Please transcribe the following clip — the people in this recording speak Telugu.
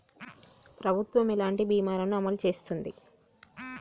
ప్రభుత్వం ఎలాంటి బీమా ల ను అమలు చేస్తుంది?